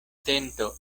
tento